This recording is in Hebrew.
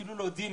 אפילו לא יודעים.